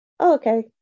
Okay